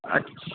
اچھا